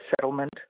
settlement